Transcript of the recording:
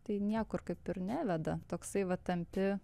tai niekur kaip ir neveda toksai va tampi